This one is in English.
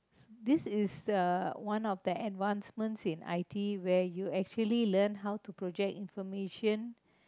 this is the one of the advancements in I_T where you actually learn how to project information